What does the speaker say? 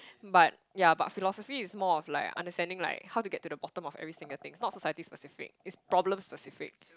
but ya but philosophy is more of like understanding like how to get to the bottom of everything I think it's not society specific it's problem specific